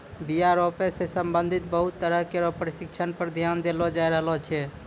बीया रोपै सें संबंधित बहुते तरह केरो परशिक्षण पर ध्यान देलो जाय रहलो छै